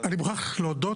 אני מוכרח להודות,